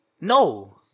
No